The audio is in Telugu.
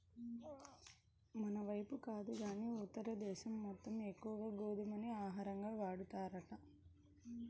మనైపు కాదు గానీ ఉత్తర దేశం మొత్తం ఎక్కువగా గోధుమనే ఆహారంగా వాడతారంట